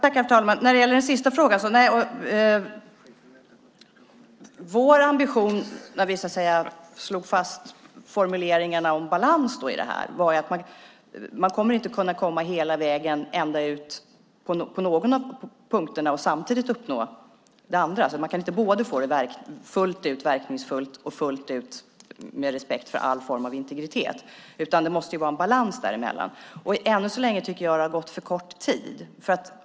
Herr talman! När det gäller den sista frågan vill jag säga något om vår ambition när vi slog fast formuleringarna om balans i det här. Man kan inte komma hela vägen när det gäller någon av punkterna och samtidigt uppnå det andra. Man kan inte både få detta fullt ut verkningsfullt och fullt ut få respekt för all form av integritet, utan det måste vara en balans däremellan. Än så länge tycker jag att det har gått för kort tid.